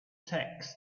text